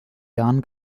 jahren